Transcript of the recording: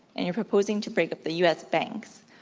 and you're proposing to break up the u. s. banks.